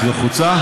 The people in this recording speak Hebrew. את לחוצה?